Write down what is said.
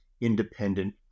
independent